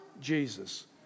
Jesus